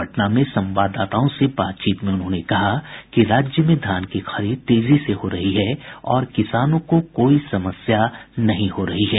पटना में संवाददाताओं से बातचीत में उन्होंने कहा कि राज्य में धान की खरीद तेजी से हो रही है और किसानों को कोई समस्या नहीं हो रही है